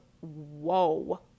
whoa